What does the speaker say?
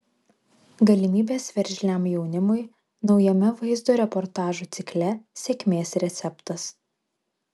galimybės veržliam jaunimui naujame vaizdo reportažų cikle sėkmės receptas